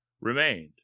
remained